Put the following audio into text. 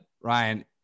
Ryan